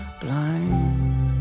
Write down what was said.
blind